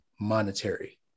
monetary